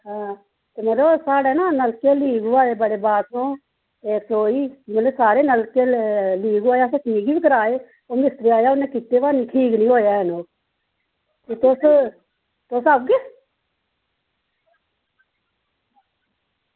ते यरो साढ़े ना नलके बड़े लीक होआ दे बाथरूम मतलब रसोई सारे नलके लीक होआ दे ते ओह् मिस्तरी आया उन्ने कीते पर ठीक निं होए ओह् ते तुस तुस आगेओ